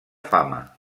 fama